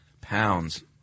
pounds